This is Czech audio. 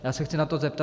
Já se chci na to zeptat.